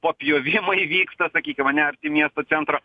papjovimai vyksta sakykim ane arti miesto centro